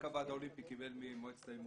הוועד האולימפי קיבל ממועצת ההימורים,